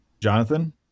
Jonathan